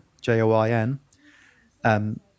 j-o-i-n